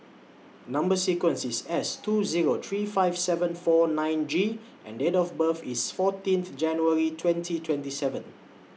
Number sequence IS S two Zero three five seven four nine G and Date of birth IS fourteen th January twenty twenty seven